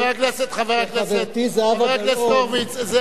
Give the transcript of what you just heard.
חבר הכנסת הורוביץ,